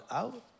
out